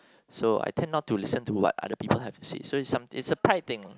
so I tend not to listen to what other people have to say so is some is a pride thing lah